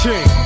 King